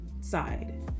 side